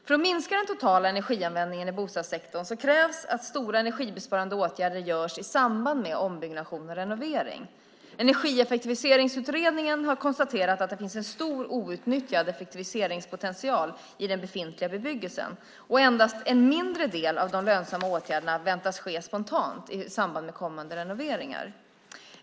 För att minska den totala energianvändningen i bostadssektorn krävs att stora energibesparande åtgärder vidtas i samband med ombyggnation och renovering. Energieffektiviseringsutredningen har konstaterat att det finns en stor outnyttjad effektiviseringspotential i den befintliga bebyggelsen, och endast en mindre del av de lönsamma åtgärderna väntas ske spontant i samband med kommande renoveringar.